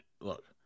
Look